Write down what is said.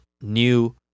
new